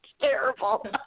terrible